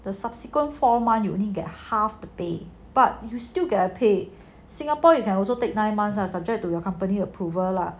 the subsequent four month you only get half the pay but you still get paid singapore you can also take nine months are subject to your company approval lah